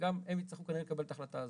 וגם הם יצרכו כנראה לקבל את ההחלטה הזאת.